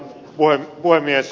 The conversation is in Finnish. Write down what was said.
arvoisa puhemies